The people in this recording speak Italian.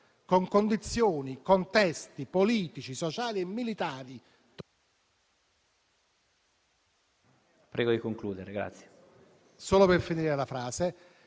con condizioni e contesti politici, sociali e militari...